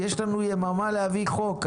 יש לנו יממה להביא חוק,